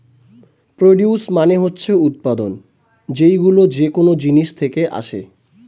produce মানে হচ্ছে উৎপাদন, যেইগুলো যেকোন জিনিস থেকে আসে